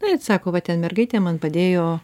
nu ir sako va ten mergaitė man padėjo